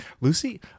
lucy